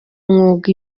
umwuga